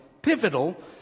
Pivotal